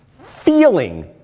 feeling